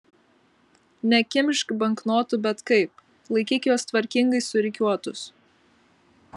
nekimšk banknotų bet kaip laikyk juos tvarkingai surikiuotus